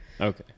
Okay